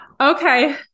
Okay